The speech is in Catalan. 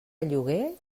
lloguer